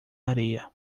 areia